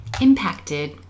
impacted